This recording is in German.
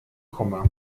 kummer